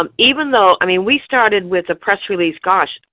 um even though i mean, we started with a press release. gosh,